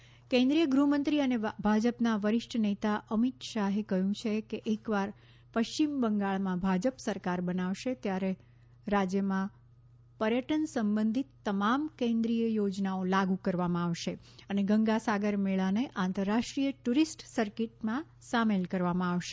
બંગાળ અમિત શાહ કેન્દ્રીય ગૃહમંત્રી અને ભાજપના વરિષ્ઠ નેતા અમિત શાહે કહ્યું છે કે એકવાર પશ્ચિમ બંગાળમાં ભાજપ સરકાર બનાવશે ત્યારે રાજ્યમાં પર્યટન સંબંધિત તમામ કેન્દ્રિય યોજનાઓ લાગુ કરવામાં આવશે અને ગંગા સાગર મેળાને આંતરરાષ્ટ્રીય ટૂરિસ્ટ સર્કિટમાં સામેલ કરવામાં આવશે